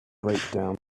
breakdown